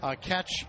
catch